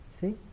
See